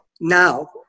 now